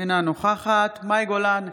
אינה נוכחת מאי גולן,